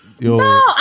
No